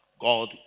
God